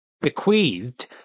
bequeathed